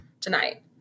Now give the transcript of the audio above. tonight